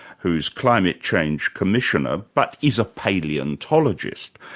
who's climate change commissioner, but is a palaeontologist.